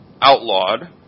outlawed